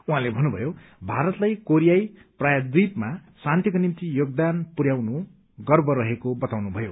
उहाँले भन्नुभयो भारतलाई कोरियाई प्रायद्वीपमा शान्तिको निम्ति योगदानमा पुरयाउनु गर्व रहेको बताउनु भयो